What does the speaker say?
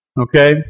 Okay